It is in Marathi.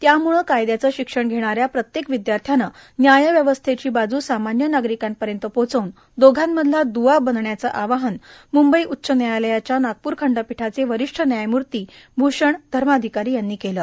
त्यामुळं कायद्याचं शिक्षण वेणाऱ्या प्रत्येक विद्यार्थ्यांनं न्यायव्यवस्थेची बाजू सामान्य नागरिक्रांपर्यंत पोहोचवून दोषांमधला दुवा बनण्याच आवाहन मुंबई उच्च न्यायालयाच्या नागपूर खंडपीठाचे वरिष्ठ न्यायमूर्ती भूषण धर्माथिकारी यांनी केलं